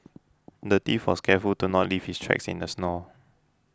the thief was careful to not leave his tracks in the snow